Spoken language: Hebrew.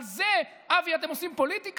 על זה, אבי, אתם עושים פוליטיקה?